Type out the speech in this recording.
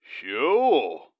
Sure